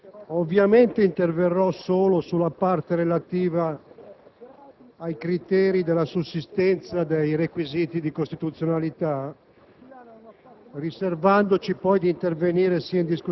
Presidente, ovviamente, interverrò solo sulla parte relativa alla sussistenza dei requisiti di costituzionalità,